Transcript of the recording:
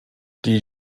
die